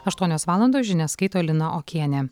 aštuonios valandos žinias skaito lina okienė